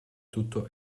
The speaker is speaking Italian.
tutto